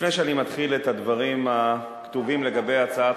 לפני שאני מתחיל את הדברים הכתובים לגבי הצעת